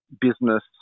business